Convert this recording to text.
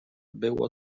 było